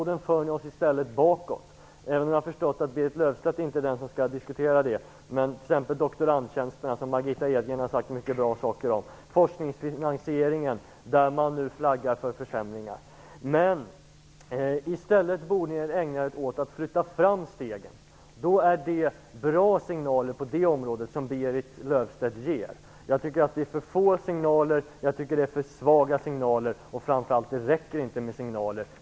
Det för oss i stället bakåt på flera områden, t.ex. när det gäller doktorandtjänsterna - som Margitta Edgren har sagt många bra saker om - och forskningsfinansieringen där man nu flaggar för försämringar. I stället borde ni ägna er åt att ta steg framåt. Då är de signaler som Berit Löfstedt ger bra signaler på det området. Annars tycker jag att det är för få och svaga signaler, och framför allt räcker det inte med signaler.